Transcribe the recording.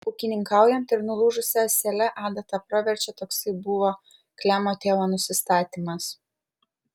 ūkininkaujant ir nulūžusia ąsele adata praverčia toksai buvo klemo tėvo nusistatymas